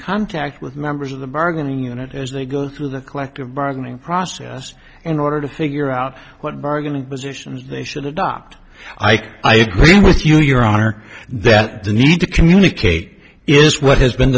contact with members of the bargaining unit as they go through the collective bargaining process in order to figure out what bargaining positions they should adopt ike i agree with you your honor that the need to communicate is what has been